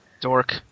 Dork